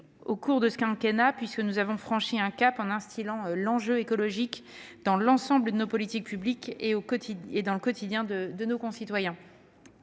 au cours de ce quinquennat, que je vais vous détailler. Nous avons franchi un cap en inscrivant l'enjeu écologique dans l'ensemble de nos politiques publiques comme dans le quotidien de nos concitoyens.